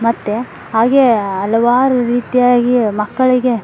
ಮತ್ತು ಹಾಗೇ ಹಲವಾರು ರೀತಿಯಾಗಿ ಮಕ್ಕಳಿಗೆ